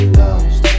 lost